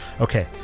Okay